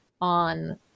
on